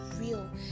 real